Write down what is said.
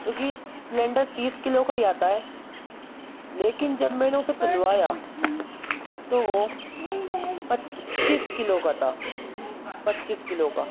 کیونکہ سلینڈر تیس کلو کا ہی آتا ہے لیکن جب میں نے اسے تلوایا تو وہ پچیس کلو کا تھا پچیس کلو کا